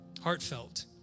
Heartfelt